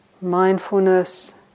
Mindfulness